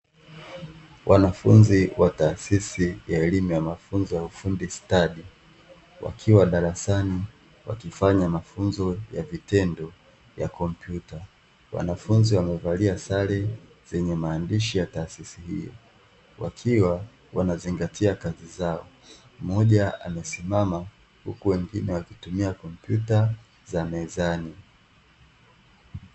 Wanafunzi wa taasisi ya elimu ya mafunzo ya ufundi stadi, wakiwa darasani wakifanya mafunzo ya vitendo ya kmpyuta, wanafunzi wamevalia sare zenye maandishi ya taasisi hiyo wakiwa wanazingatia kazi zao mmoja amesimama huku wengine wakitumia kompyuta za mezani.